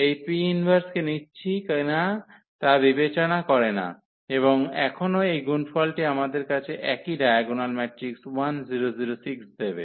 এই P 1 কে নিচ্ছি কিনা তা বিবেচনা করে না এবং এখনও এই গুণফলটি আমাদের একই ডায়াগোনাল ম্যাট্রিক্স 1 0 0 6 দেবে